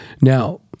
Now